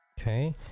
Okay